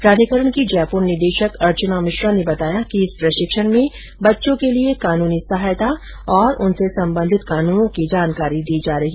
प्राधिकरण की जयपूर निदेशक अर्चना मिश्रा ने बताया कि इस प्रशिक्षण में बच्चों के लिए कानूनी सहायता और उनसे संबंधित कानूनों की जानकारी दी जाएगी